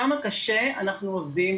כמה קשה אנחנו עובדים.